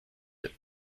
deux